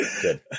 good